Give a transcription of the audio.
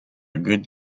good